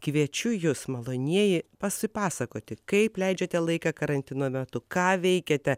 kviečiu jus malonieji pasipasakoti kaip leidžiate laiką karantino metu ką veikiate